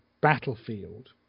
battlefield